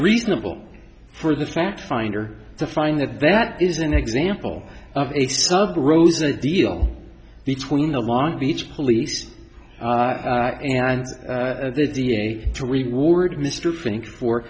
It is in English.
reasonable for the fact finder to find that that is an example of a sub rosa deal between the long beach police and the da to reward mr frank for